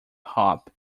hop